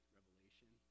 Revelation